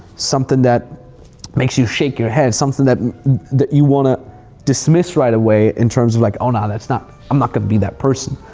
something that makes you shake your head, something that that you wanna dismiss right away in terms of like, oh no, that's not, i'm not gonna be that person.